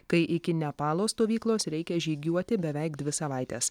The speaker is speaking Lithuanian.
kai iki nepalo stovyklos reikia žygiuoti beveik dvi savaites